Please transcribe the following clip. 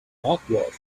awkward